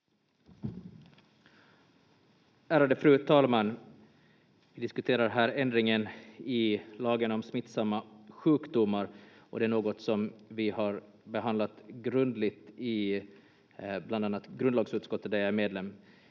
Ärade fru talman! Vi diskuterar här ändringen i lagen om smittsamma sjukdomar, och det är något som vi har behandlat grundligt i bland annat grundlagsutskottet, där jag är medlem.